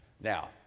Now